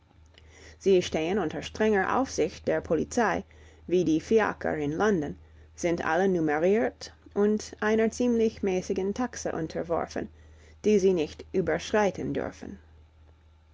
sie stehen unter strenger aufsicht der polizei wie die fiaker in london sind alle numeriert und einer ziemlich mäßigen taxe unterworfen die sie nicht überschreiten dürfen